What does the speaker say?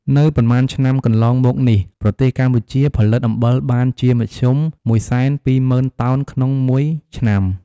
នៅប៉ុន្មានឆ្នាំកន្លងមកនេះប្រទេសកម្ពុជាផលិតអំបិលបានជាមធ្យម ១២០ ០០០តោនក្នុងមួយឆ្នាំ។